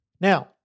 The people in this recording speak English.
Now